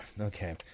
Okay